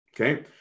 Okay